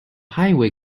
highway